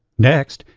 next,